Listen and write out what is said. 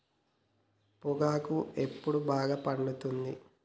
పొగాకు ఎప్పుడు బాగా పండుతుంది?